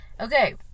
Okay